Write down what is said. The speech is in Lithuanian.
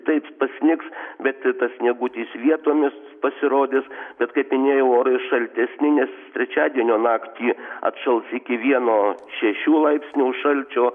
taip pasnigs bet tas sniegutis vietomis pasirodys bet kaip minėjau orai šaltesni nes trečiadienio naktį atšals iki vieno šešių laipsnių šalčio